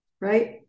right